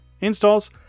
installs